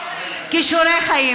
"כישורי חיים".